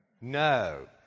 No